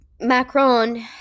Macron